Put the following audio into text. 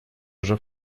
уже